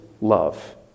love